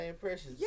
Precious